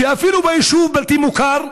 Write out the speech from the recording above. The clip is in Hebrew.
שאפילו ביישוב בלתי מוכר,